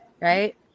right